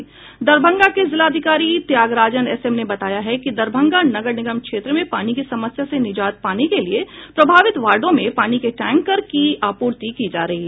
दरभंगा के जिलाधिकारी त्यागराजन एसएम ने बताया है कि दरभंगा नगर निगम क्षेत्र में पानी की समस्या से निजात पाने के लिए प्रभावित वार्डों में पानी के टैंकर की आपूर्ति की जा रही है